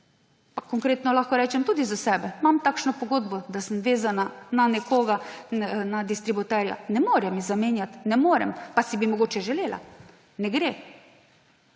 Pa konkretno lahko rečem tudi za sebe, imam takšno pogodbo, da sem vezana na nekega distributerja. Ne morejo mi zamenjati. Ne morem, pa bi si mogoče želela. Ne gre.